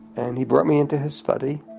and he brought me into his study